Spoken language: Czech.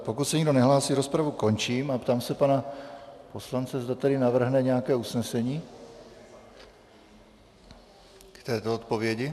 Pokud se nikdo nehlásí, rozpravu končím a ptám se pana poslance, zda tedy navrhne nějaké usnesení k této odpovědi.